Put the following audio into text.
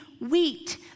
wheat